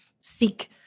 seek